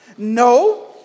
No